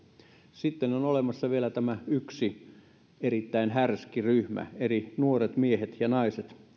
sitten on olemassa vielä tämä yksi erittäin härski ryhmä eli nuoret miehet ja naiset